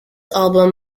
album